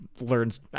Learns